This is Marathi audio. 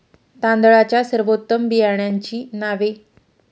तांदळाच्या सर्वोत्तम बियाण्यांची नावे?